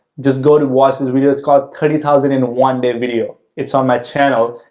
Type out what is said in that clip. just go to watch this video. it's called thirty thousand and one day video, it's on my channel.